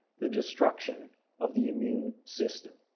the destruction of the immune system.